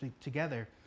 together